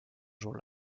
jour